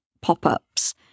pop-ups